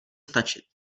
stačit